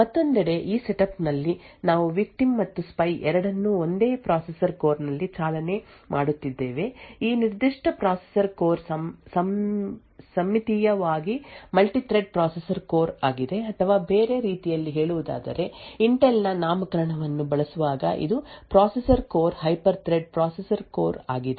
ಮತ್ತೊಂದೆಡೆ ಈ ಸೆಟಪ್ ನಲ್ಲಿ ನಾವು ವಿಕ್ಟಿಮ್ ಮತ್ತು ಸ್ಪೈ ಎರಡನ್ನೂ ಒಂದೇ ಪ್ರೊಸೆಸರ್ ಕೋರ್ ನಲ್ಲಿ ಚಾಲನೆ ಮಾಡುತ್ತಿದ್ದೇವೆ ಈ ನಿರ್ದಿಷ್ಟ ಪ್ರೊಸೆಸರ್ ಕೋರ್ ಸಮ್ಮಿತೀಯವಾಗಿ ಮಲ್ಟಿ ಥ್ರೆಡ್ ಪ್ರೊಸೆಸರ್ ಕೋರ್ ಆಗಿದೆ ಅಥವಾ ಬೇರೆ ರೀತಿಯಲ್ಲಿ ಹೇಳುವುದಾದರೆ ಇಂಟೆಲ್ನ ನಾಮಕರಣವನ್ನು ಬಳಸುವಾಗ ಇದು processor core hyper thread processor core ಆಗಿದೆ